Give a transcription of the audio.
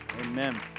Amen